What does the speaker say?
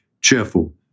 cheerful